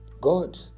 God